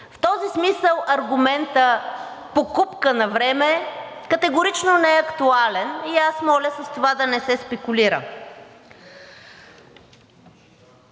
В този смисъл аргументът „покупка на време“ категорично не е актуален и аз моля с това да не се спекулира.